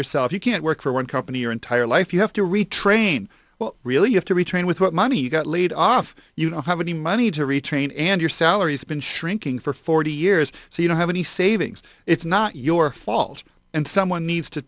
yourself you can't work for one company your entire life you have to retrain well really you have to retrain with what money you got laid off you don't have any money to retrain and your salary has been shrinking for forty years so you don't have any savings it's not your fault and someone needs to